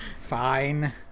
Fine